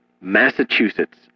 Massachusetts